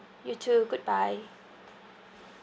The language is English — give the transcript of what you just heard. you too goodbye